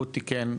הוא תיקן,